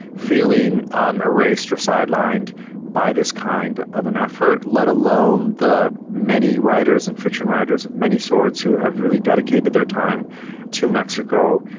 feeling um erased or sidelined by this kind of an effort, let alone the many writers and fiction writers of many sorts who have really dedicated their time to mexico.